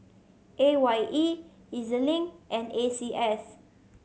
A Y E E Z Link and A C S